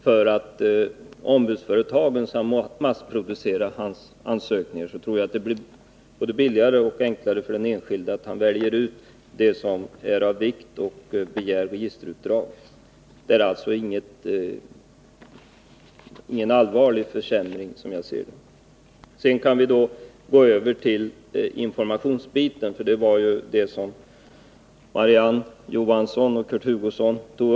för att ombudsföretaget skall massproducera hans ansökning, tror jag att det blir både billigare och enklare för vederbörande att välja ut vad som är av vikt och begära ett registerutdrag. Enligt min mening är det alltså inte fråga om någon allvarlig försämring. Sedan kan vi gå över till informationsbiten, som ju Marie-Ann Johansson och Kurt Hugosson berörde.